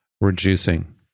reducing